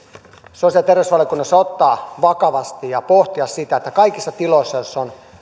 sosiaali ja terveysvaliokunnassa ottaa vakavasti ja pohtia sitä että kaikissa tiloissa joissa on